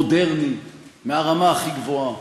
מודרני, ברמה הכי גבוהה.